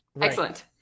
Excellent